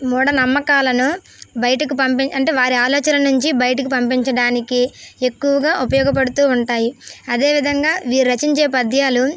మూఢనమ్మకాలను బయటకి పంపి అంటే వారి ఆలోచన నుంచి బయటికి పంపించడానికి ఎక్కువగా ఉపయోగపడుతూ ఉంటాయి అదే విధంగా వీరు రచించే పద్యాలు